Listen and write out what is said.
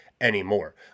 anymore